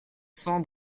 cent